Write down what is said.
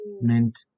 meant